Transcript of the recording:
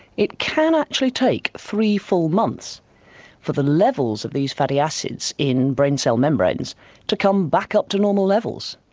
it can actually take three full months for the levels of these fatty acids in brain cell membranes to come back up to normal levels.